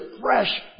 Fresh